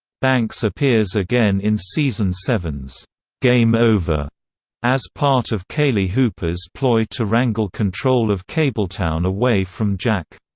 banks appears again in season seven s game over as part of kaylie hooper's ploy to wrangle control of kabletown away from jack.